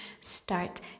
start